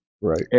Right